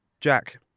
Jack